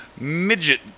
midget